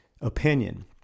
opinion